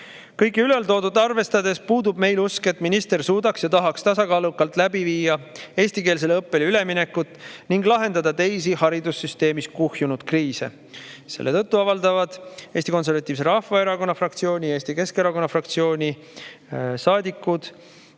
Kõike ülaltoodut arvestades puudub meil usk, et minister suudab ja tahab tasakaalukalt läbi viia eestikeelsele õppele üleminekut ning lahendada teisi haridussüsteemis kuhjunud kriise. Selle tõttu avaldavad Eesti Konservatiivse Rahvaerakonna fraktsiooni ja Eesti Keskerakonna fraktsiooni saadikud